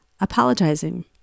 apologizing